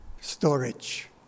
storage